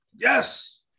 Yes